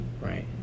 Right